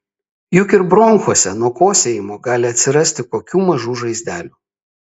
juk ir bronchuose nuo kosėjimo gali atsirasti kokių mažų žaizdelių